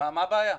מה הבעיה?